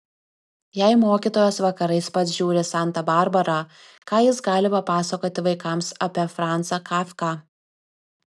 jei mokytojas vakarais pats žiūri santą barbarą ką jis gali papasakoti vaikams apie franzą kafką